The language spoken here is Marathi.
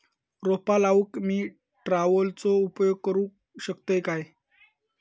रोपा लाऊक मी ट्रावेलचो उपयोग करू शकतय काय?